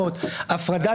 --- חרטוט אחד גדול.